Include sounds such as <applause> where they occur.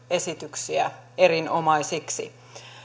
<unintelligible> esityksiä erinomaisiksi